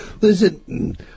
Listen